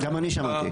גם אני שמעתי.